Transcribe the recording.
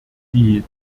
die